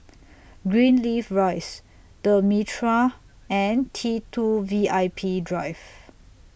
Greenleaf Rise The Mitraa and T two V I P Drive